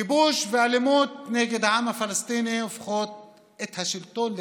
כיבוש ואלימות נגד העם הפלסטיני הופכים את השלטון לרקוב,